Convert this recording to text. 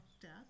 death